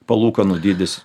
palūkanų dydis